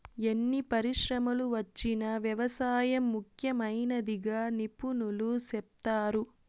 ఎన్ని పరిశ్రమలు వచ్చినా వ్యవసాయం ముఖ్యమైనదిగా నిపుణులు సెప్తారు